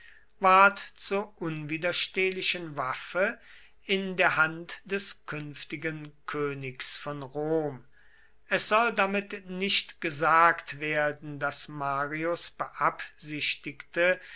ward zur unwiderstehlichen waffe in der hand des künftigen königs von rom es soll damit nicht gesagt werden daß marius beabsichtigte